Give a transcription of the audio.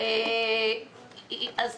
במשך